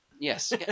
Yes